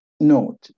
Note